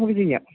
അതു ചെയ്യാം